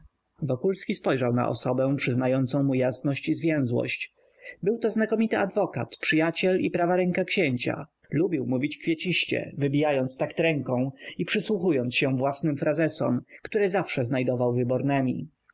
zwięzłością wokulski spojrzał na osobę przyznającą mu jasność i zwięzłość byłto znakomity adwokat przyjaciel i prawa ręka księcia lubił mówić kwieciście wybijając takt ręką i przysłuchując się własnym frazesom które zawsze znajdował wybornemi